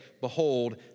behold